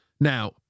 now